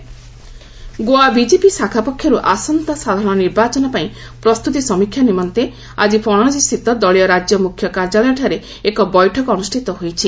Goa BJP Goa BJP ଶାଖା ପକ୍ଷରୁ ଆସନ୍ତା ସାଧାରଣ ନିର୍ବାଚନ ପାଇଁ ପ୍ରସ୍ତୁତ ସମୀକ୍ଷା ନିମନ୍ତେ ଆଜି ପଣଜୀସ୍ଥିତ ଦଳୀୟ ରାଜ୍ୟ ମୁଖ୍ୟ କାର୍ଯ୍ୟାଳୟଠାରେ ବୈଠକ ଅନୁଷ୍ଠିତ ହୋଇଛି